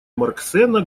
марксэна